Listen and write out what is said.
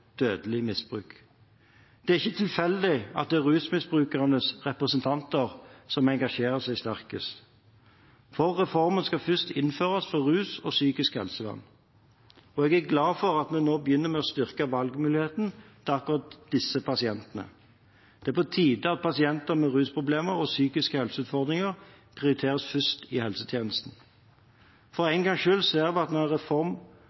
misbruk. Det er ikke tilfeldig at det er rusmisbrukernes representanter som engasjerer seg sterkest. For reformen skal først innføres for rus og psykisk helsevern. Jeg er glad for at vi nå begynner med å styrke valgmuligheten til akkurat disse pasientene. Det er på tide at pasienter med rusproblemer og psykiske helseutfordringer prioriteres først i helsetjenesten. For en gangs skyld ser vi at en reform